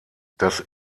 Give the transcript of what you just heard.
das